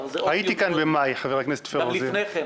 עוד לפני כן,